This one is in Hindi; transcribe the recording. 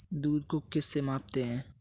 दूध को किस से मापते हैं?